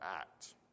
act